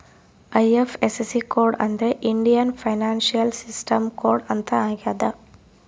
IFSC code ಅಂದ್ರೆ Indian financial system code ಅಂತ ಆಗ್ಯದ